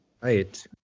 Right